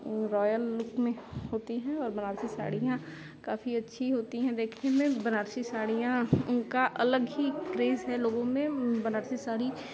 royal look में होती हैं और बनारसी साड़ियाँ काफी अच्छी होती हैं देखने में बनारसी साड़ियाँ का अलग ही क्रेज है लोगों में बनारसी साड़ी